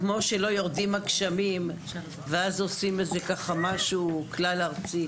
כמו שלא יורדים הגשמים ואז עושים איזה ככה משהו כלל ארצי,